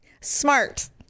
smart